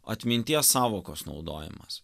atminties sąvokos naudojimas